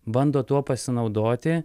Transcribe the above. bando tuo pasinaudoti